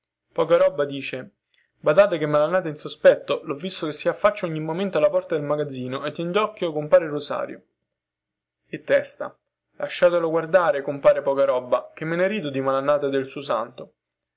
natale pocaroba dice badate che malannata è in sospetto lho visto che si affaccia ogni momento alla porta del magazzino e tien docchio compare rosario testa dice lasciatelo guardare compare pocaroba che me ne rido di malannata e del suo santo